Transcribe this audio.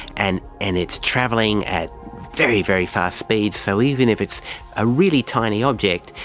and and it's travelling at very, very fast speeds. so even if it's a really tiny object,